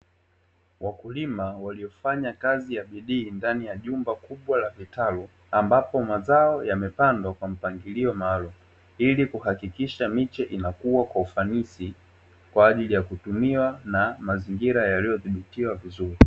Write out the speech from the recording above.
Wakulima waliofanya kazi ya bidii ndani jumba kubwa la kitalu ambapo mazao yamepangwa kwa mpangilio maalumu, ili kuhakikisha miche inakuwa kwa ufanisi kwa ajili ya kutumiwa na mazingira yaliyodhibitiwa vizuri.